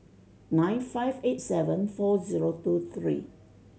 nine five eight seven four zero two three